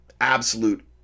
absolute